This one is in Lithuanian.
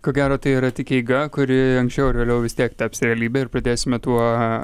ko gero tai yra tik eiga kuri anksčiau ar vėliau vis tiek taps realybe ir pradėsime tuo